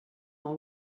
dans